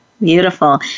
Beautiful